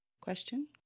Question